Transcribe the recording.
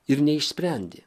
ir neišsprendė